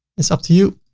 it's up to you.